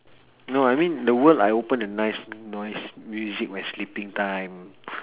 no I mean the world I open a nice noise music when sleeping time